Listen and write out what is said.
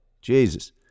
Jesus